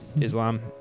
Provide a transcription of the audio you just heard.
Islam